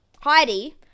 Heidi